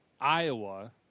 Iowa